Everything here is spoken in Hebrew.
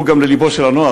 וקלעו גם ללבו של הנוער,